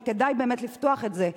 וכדאי באמת לפתוח את זה,